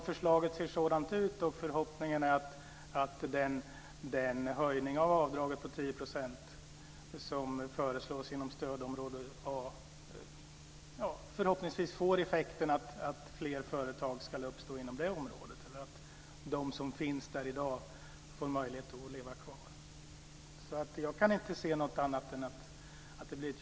Förslaget ser sådant ut, och förhoppningarna är att den höjning av avdraget på 10 % som föreslås inom stödområde A får effekten att fler företag ska uppstå inom det området eller att de som finns där i dag får möjlighet att leva kvar. Jag kan inte se något annat än ett ja på den frågan.